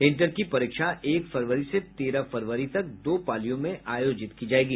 inter की परीक्षा एक फरवरी से तेरह फरवरी तक दो पालियों में आयोजित की जायेगी